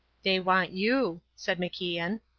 they want you, said macian.